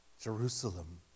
Jerusalem